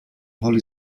holly